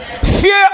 Fear